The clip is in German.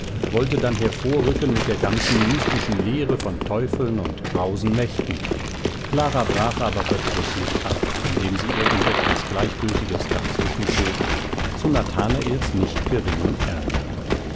wollte dann hervorrücken mit der ganzen mystischen lehre von teufeln und grausen mächten clara brach aber verdrüßlich ab indem sie irgend etwas gleichgültiges dazwischen schob zu nathanaels nicht geringem ärger